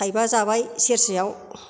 थाइबा जाबाय सेरसेआव